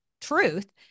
truth